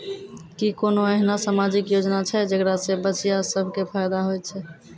कि कोनो एहनो समाजिक योजना छै जेकरा से बचिया सभ के फायदा होय छै?